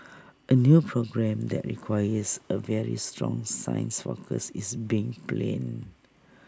A new programme that requires A very strong science focus is being planned